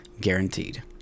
Guaranteed